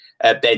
Ben